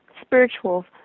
spiritual